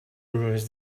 ruins